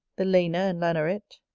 the laner and laneret,